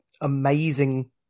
amazing